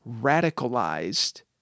radicalized